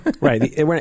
Right